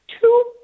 Two